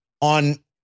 on